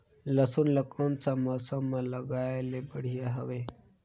लसुन ला कोन सा मौसम मां लगाय ले बढ़िया हवे?